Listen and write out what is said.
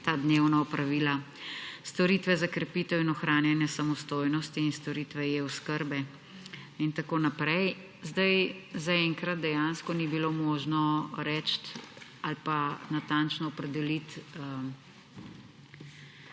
ta dnevna opravila, storitve za krepitev in ohranjanje samostojnosti in storitve e-oskrbe in tako naprej. Zaenkrat dejansko ni bilo možno reči ali pa natančno opredeliti